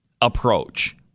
approach